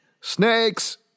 Snakes